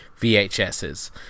VHSs